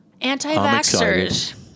Anti-vaxxers